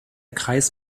kreis